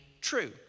true